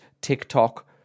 TikTok